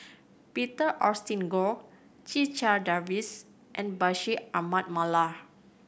Peter Augustine Goh Checha Davies and Bashir Ahmad Mallal